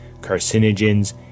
carcinogens